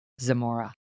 Zamora